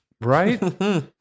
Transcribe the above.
right